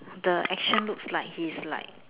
the action looks like he's like